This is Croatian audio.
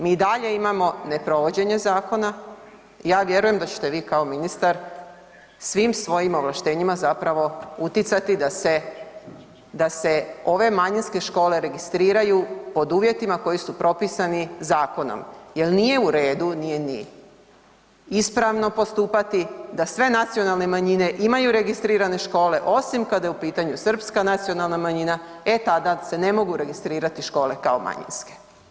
Mi i dalje imamo neprovođenje zakona, ja vjerujem da ćete vi kao ministar svim svojim ovlaštenjima utjecati da se ove manjinske škole registriraju pod uvjetima koji su propisani zakonom jel nije u redu, nije ni ispravno postupati da sve nacionalne manjine imaju registrirane škole, osim kada je u pitanju Srpska nacionalna manjina, e tada se ne mogu registrirati škole kao manjinske.